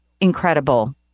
incredible